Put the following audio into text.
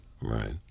right